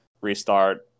restart